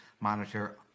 monitor